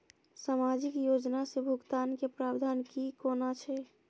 सामाजिक योजना से भुगतान के प्रावधान की कोना छै?